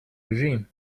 regime